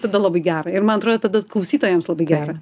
tada labai gera ir man atrodo tada klausytojams labai gera